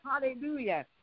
Hallelujah